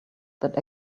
that